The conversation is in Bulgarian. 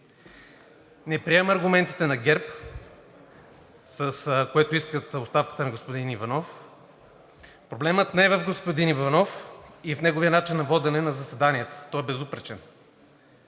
Не приемам аргументите на ГЕРБ, с които искат оставката на господин Иванов. Проблемът не е в господин Иванов и в неговия начин на водене на заседанията, той е безупречен.